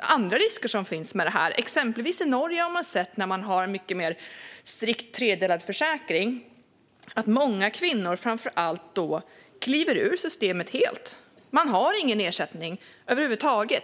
andra risker som finns med det här? Exempelvis har man i Norge, där man har mycket mer strikt tredelad försäkring, sett att många, framför allt kvinnor, kliver ur systemet helt och inte får någon ersättning över huvud taget.